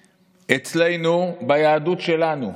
אצלנו, ביהדות שלנו,